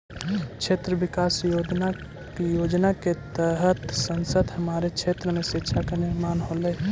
क्षेत्र विकास योजना के तहत संसद हमारे क्षेत्र में शिक्षा का निर्माण होलई